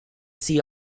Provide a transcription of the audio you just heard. see